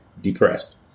depressed